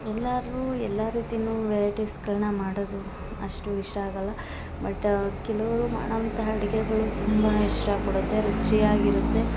ಎಲ್ಲಾರೂ ಎಲ್ಲಾ ರೀತಿನು ವೆರೈಟಿಸ್ಗಳ್ನ ಮಾಡದು ಅಷ್ಟು ಇಷ್ಟ ಆಗಲ್ಲ ಬಟ್ಟಾ ಕೆಲೋ ಮಾಡೊವಂಥ ಅಡಿಗೆಗಳು ತುಂಬಾ ಇಷ್ಟ ಪಡುತ್ತೆ ರುಚಿಯಾಗಿರುತ್ತೆ